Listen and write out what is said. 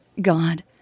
God